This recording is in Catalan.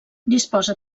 disposa